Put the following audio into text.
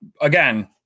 again